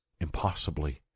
impossibly